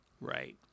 Right